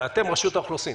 רשותה אוכלוסין,